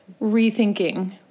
rethinking